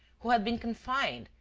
who had been confined,